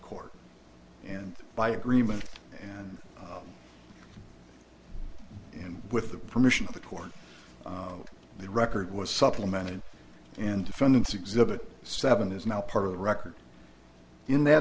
court and by agreement and in with the permission of the toward the record was supplemented and defendant's exhibit seven is now part of the record in that